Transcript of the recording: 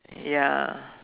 ya